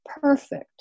perfect